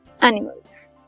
animals